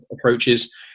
approaches